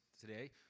today